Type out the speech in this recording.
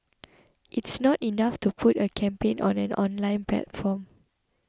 it's not enough to put a campaign on an online platform